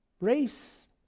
race